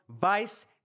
Vice